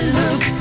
look